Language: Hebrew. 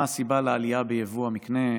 מה הסיבה לעלייה ביבוא המקנה,